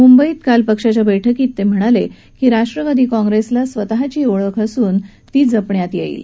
मुंबईत काल पक्षाच्या बैठकीत ते म्हणाले की राष्ट्रवादी काँग्रेसला स्वतःची वेगळी ओळख असून ती जपण्यात येईल